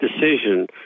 decision